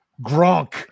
gronk